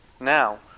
now